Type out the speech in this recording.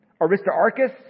Aristarchus